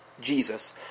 Jesus